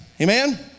Amen